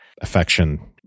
affection